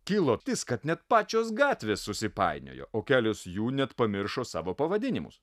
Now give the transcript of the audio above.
kilo tis kad net pačios gatvės susipainiojo o kelios jų net pamiršo savo pavadinimus